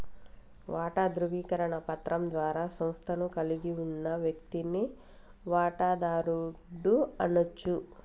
వాటా ధృవీకరణ పత్రం ద్వారా సంస్థను కలిగి ఉన్న వ్యక్తిని వాటాదారుడు అనచ్చు